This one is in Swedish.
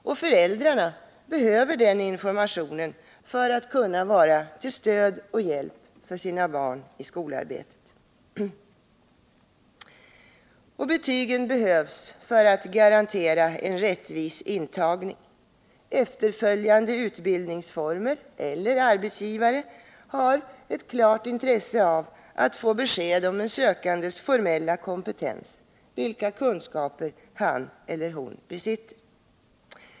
Och föräldrarna behöver den informationen för att kunna vara till stöd och hjälp för sina barn i skolarbetet. Betygen behövs också för att garantera en rättvis intagning. De intagningsansvariga vid efterföljande utbildningsformer och arbetsgivare har ett klart intresse av att få besked om en sökandes formella kompetens, vilka kunskaper han eller hon besitter.